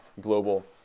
global